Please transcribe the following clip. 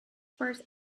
first